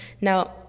now